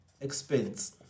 expense